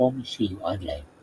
למקום שיועד להם.